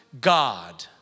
God